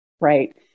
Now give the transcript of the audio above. right